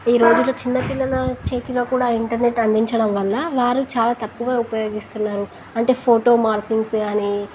ఈ రోజుల్లో చిన్నపిల్లల చేతిలో కూడా ఇంటర్నెట్ అందించడం వల్ల వారు చాలా తక్ప్పుగా ఉపయోగిస్తున్నారు అంటే ఫోటో మార్కింగ్స్ అని